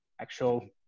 actual